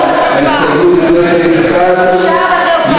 קבוצת סיעת העבודה.